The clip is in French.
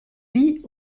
vit